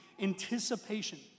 anticipation